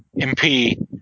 MP